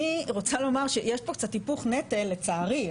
אני רוצה לומר שיש פה קצת היפוך נטל לצערי.